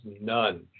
none